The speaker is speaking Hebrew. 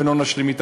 ולא נשלים אתה.